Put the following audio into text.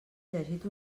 llegit